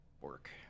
work